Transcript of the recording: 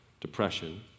depression